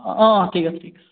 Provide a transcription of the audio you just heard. অঁ অঁ ঠিক আছে ঠিক আছে